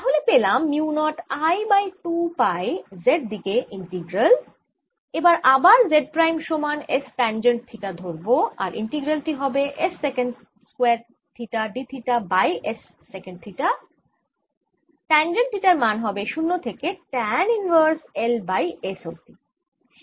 তাহলে পেলাম mu naught I by 2 pi Z দিকে ইন্টিগ্রাল এবার আবার Z প্রাইম সমান S ট্যাঞ্জেন্ট থিটা ধরব আর ইন্টিগ্রাল টি হবে S secant square theta d theta by S sec theta tangent থিটার মান হবে 0 থেকে tan inverse L by S অবধি